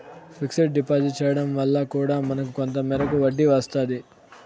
fixed deposit చేయడం వల్ల కూడా మనకు కొంత మేరకు వడ్డీ వస్తాది